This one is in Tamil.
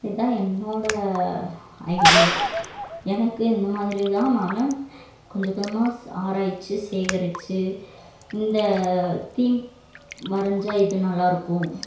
இதான் என்னோட ஐடியா எனக்கு இந்த மாதிரி தான் நான் கொஞ்சம் கொஞ்சமாக ஆராய்ச்சி சேகரித்து இந்த தீம் வரைஞ்சா இது நல்லாயிருக்கும்